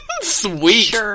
Sweet